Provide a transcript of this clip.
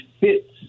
fits